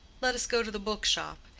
let us go to the book-shop.